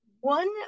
one